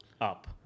up